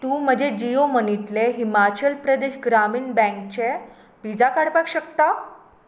तूं म्हजें जीयो मनीतलें हिमाचल प्रदेश ग्रामीण बँकचें व्हिसा काडपाक शकता